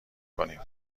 کنیم